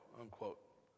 unquote